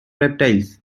reptiles